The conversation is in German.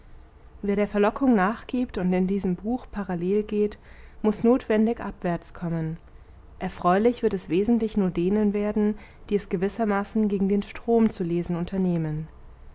wer der verlockung nachgibt und diesem buch parallel geht muß notwendig abwärts kommen erfreulich wird es wesentlich nur denen werden die es gewissermaßen gegen den strom zu lesen unternehmen